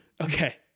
okay